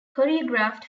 choreographed